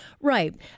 Right